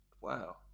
Wow